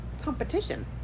competition